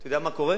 אתה יודע מה קורה?